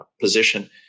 position